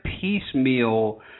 piecemeal